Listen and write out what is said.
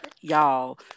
y'all